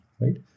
right